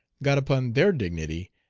got upon their dignity,